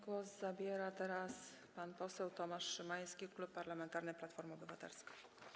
Głos zabierze pan poseł Tomasz Szymański, Klub Parlamentarny Platforma Obywatelska.